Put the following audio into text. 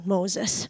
Moses